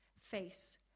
face